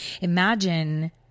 Imagine